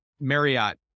Marriott